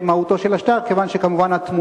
החוק הוא תיקון